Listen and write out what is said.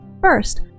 First